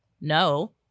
no